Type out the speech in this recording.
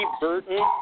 Burton